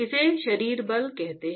इसे शरीर बल कहते हैं